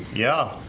yeah,